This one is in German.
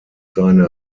seine